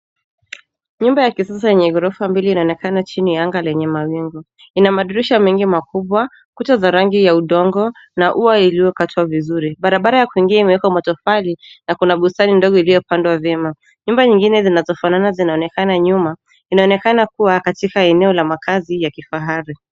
Nyumba ya kisasa yenye ghorofa mbili inaonekana chini ya anga lenye mawingu. Ina madirisha mengi makubwa, kuta za rangi ya udongo na ua iliyokatwa vizuri. Barabara ya kuingia imewekewa matofali na kuna bustani ndogo iliyopandwa vyema. Nyumba nyingine zinazofanana zinaonekana nyuma kuwa katika eneo la makazi ya kifahari.